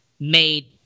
made